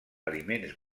aliments